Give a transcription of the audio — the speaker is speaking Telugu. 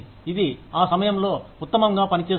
ఇది ఆ సమయంలో ఉత్తమంగా పనిచేస్తుంది